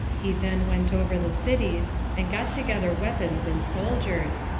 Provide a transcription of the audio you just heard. he then went over the cities, and got together weapons and soldiers,